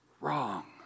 wrong